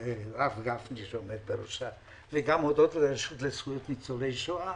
לרב גפני שעומד בראשה וגם לרשות לזכויות ניצולי שואה,